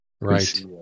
Right